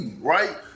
right